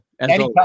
Anytime